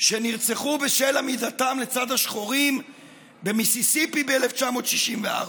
שנרצחו בשל עמידתם לצד השחורים במיסיסיפי ב-1964.